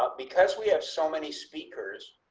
but because we have so many speakers.